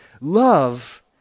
Love